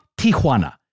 Tijuana